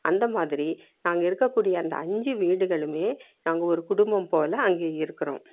அந்த மாதிரி நாங்கள் இருக்கக்கூடிய அந்த அஞ்சு வீடுகளும் நாங்கள் ஒரு குடும்பம் போல அங்கே இருக்கிறோம்